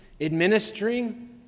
administering